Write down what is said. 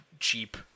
cheap